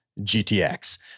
GTX